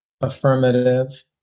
affirmative